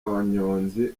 abanyonzi